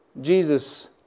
Jesus